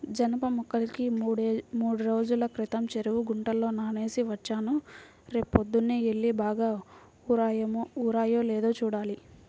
జనప మొక్కల్ని మూడ్రోజుల క్రితం చెరువు గుంటలో నానేసి వచ్చాను, రేపొద్దన్నే యెల్లి బాగా ఊరాయో లేదో చూడాలి